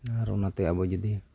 ᱟᱨ ᱚᱱᱟᱛᱮ ᱟᱵᱚ ᱡᱩᱫᱤ